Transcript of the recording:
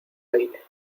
aire